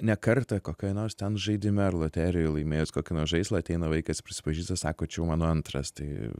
ne kartą kokioj nors ten žaidime ar loterijoj laimėjus kokį nors žaislą ateina vaikas ir prisipažįsta sako čia jau mano antras tai